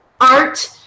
art